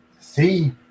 See